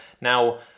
Now